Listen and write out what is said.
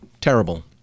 terrible